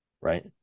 Right